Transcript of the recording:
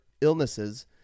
illnesses